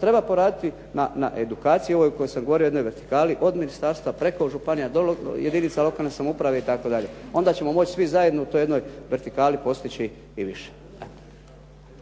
Treba poraditi na edukaciji o kojoj sam govorio u jednoj vertikali od ministarstva preko županija do jedinica lokalne samouprave itd. Onda ćemo moći svi zajedno u toj jednoj vertikali postići i više.